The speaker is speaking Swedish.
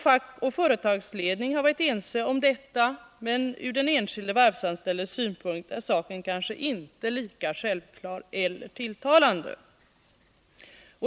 Fack och företagsledning har varit ense om detta, men ur den enskilde varvsanställdes synpunkt är saken kanske inte lika självklar eller tilltalande.